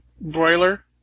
broiler